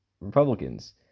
Republicans